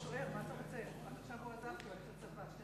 בבקשה, הצעה לסדר-היום מס'